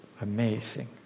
Amazing